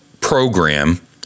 program